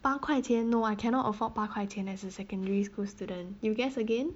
八块钱 no I cannot afford 八块钱 as a secondary school student you guess again